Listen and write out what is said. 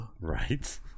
Right